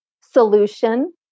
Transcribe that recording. Solution